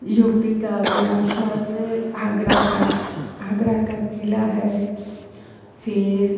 you P की विरासत आगरा का आगरा का किला है फिर